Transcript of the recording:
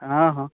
हँ हँ